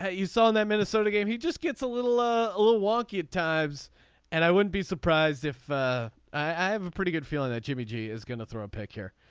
you saw and that minnesota game. he just gets a little ah a little wonky at times and i wouldn't be surprised if i have a pretty good feeling that jimmy g is going to throw a pick here.